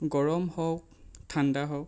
গৰম হওক ঠাণ্ডা হওক